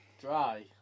dry